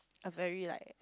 a very like